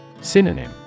Synonym